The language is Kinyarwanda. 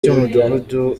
cy’umudugudu